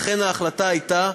לכן ההחלטה הייתה: